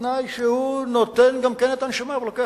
בתנאי שהוא נותן גם את הנשמה ולוקח